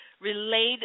relayed